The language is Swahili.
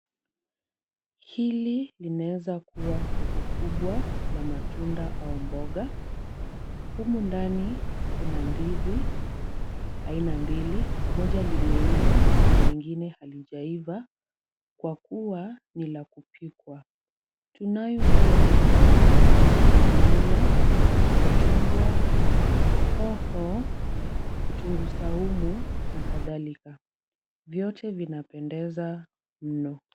Hili linaweza kuwa soko kubwa la matunda au mboga. Humu ndani, kuna ndizi aina mbili, moja limeiva na lingine halijaiva kwa kuwa ni la kupikwa. Tunayo pia vitunguu, nyanya, machungwa, hoho, kitunguu saumu na kadhalika. Vyote vinapendeza mno.